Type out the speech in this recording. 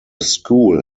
school